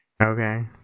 Okay